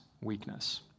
weakness